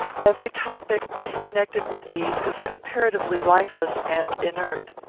every topic disconnected with these is comparatively lifeless and inert.